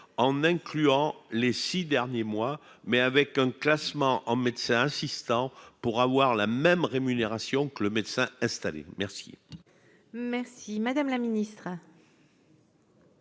en incluant les six derniers mois mais avec un classement en médecin, insistant pour avoir la même rémunération que le médecin installé merci. Merci madame la ministre.